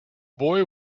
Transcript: boy